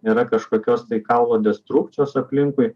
nėra kažkokios tai kaulo destrukcijos aplinkui